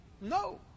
No